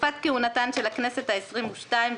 בתקופת כהונתן של הכנסת העשרים-ושתיים,